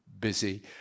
busy